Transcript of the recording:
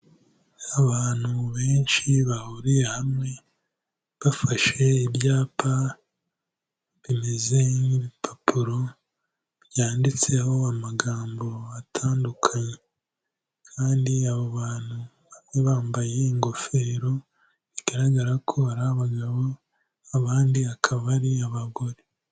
Abantu benshi bahuriye hamwe, bafashe ibyapa bimeze nk'ibipapuro byanditseho amagambo atandukanye. Kandi abo bantu bamwe bambaye ingofero, bigaragara ko ari abagabo abandi akaba ari abagore.